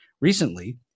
Recently